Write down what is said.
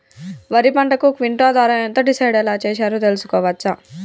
వరి పంటకు క్వింటా ధర ఎంత డిసైడ్ ఎలా చేశారు తెలుసుకోవచ్చా?